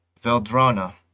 Veldrana